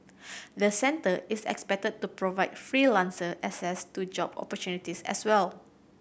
the centre is expected to provide freelancer access to job opportunities as well